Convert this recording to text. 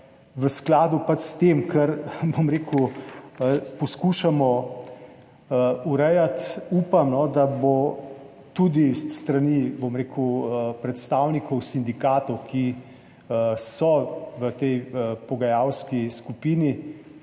v skladu s tem, kar poskušamo urejati, upam, da bo tudi s strani predstavnikov sindikatov, ki so v tej pogajalski skupini,